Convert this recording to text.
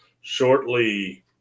shortly